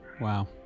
Wow